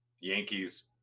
Yankees